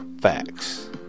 facts